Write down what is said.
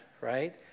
right